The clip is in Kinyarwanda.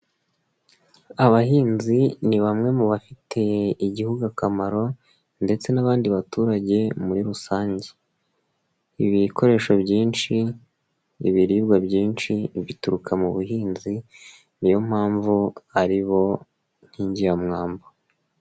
Abahinzi ni bamwe mu bafitiye igihugu akamaro ndetse n'abandi baturage muri rusange. Ibikoresho byinshi, ibiribwa byinshi bituruka mu buhinzi, niyo mpamvu ari bo nkingi mwamba.